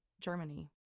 Germany